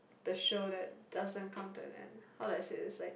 the show that doesn't come to an end how do I say it's like